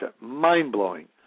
mind-blowing